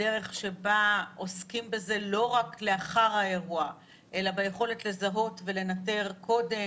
הדרך שבה עוסקים בזה לא רק לאחר האירוע אלא ביכולת לזהות ולנטר קודם,